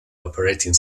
operating